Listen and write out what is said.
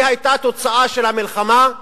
היא היתה תוצאה של המלחמה,